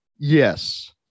yes